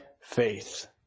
faith